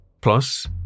Plus